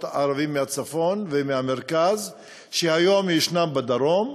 ערבים מהצפון ומהמרכז שהיום מלמדים בדרום,